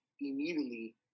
immediately